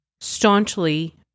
staunchly